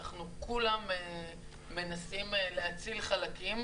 כולם מנסים להציל חלקים,